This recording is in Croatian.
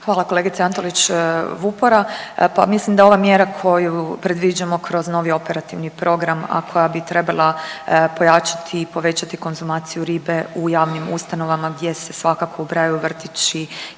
Hvala kolegice Antolić Vupora. Pa mislim da ova mjera koju predviđamo kroz novi Operativni program, a koja bi trebala pojačati i povećati konzumaciju ribe u javnim ustanovama gdje se svakako ubrajaju vrtići